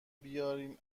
بیارین